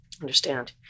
understand